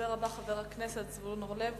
הדובר הבא, חבר הכנסת זבולון אורלב.